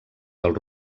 del